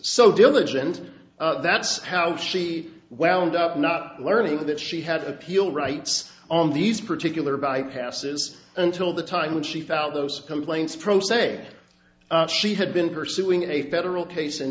so diligent that's how she wound up not learning that she had appeal rights on these particular bypasses until the time when she felt those complaints pro se she had been pursuing a federal case in